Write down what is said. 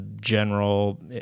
general